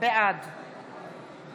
בעד